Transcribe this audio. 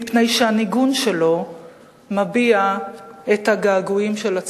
מפני שהניגון שלו מביע את הגעגועים של עצמנו".